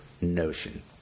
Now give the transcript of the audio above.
notion